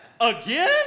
Again